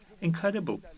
Incredible